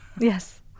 Yes